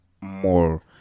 more